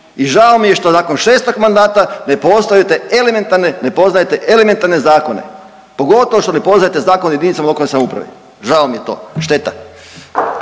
I žao mi je što nakon šestog mandata ne poznajete elementarne zakone, pogotovo što ne poznajete Zakon o jedinicama lokalne samouprave, žao mi je to. Šteta!